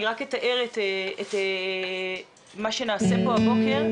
אני רק אתאר את מה שנעשה פה הבוקר.